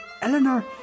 Eleanor